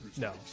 No